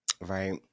Right